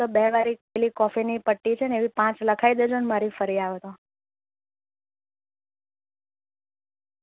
તો બેવાળી પેલી કોફીની પટ્ટી છે ને એવી પાંચ લખાવી દેજોને મારી ફરી આવે તો